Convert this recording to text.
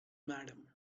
madam